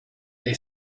they